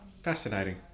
Fascinating